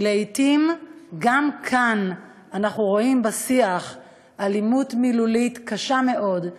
כי לעתים גם כאן אנחנו רואים בשיח אלימות מילולית קשה מאוד,